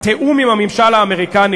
התיאום עם הממשל האמריקני,